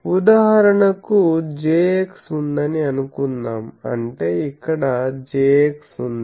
ఉదాహరణకు Jx ఉందని అనుకుందాం అంటే ఇక్కడ Jx ఉంది